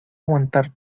aguantar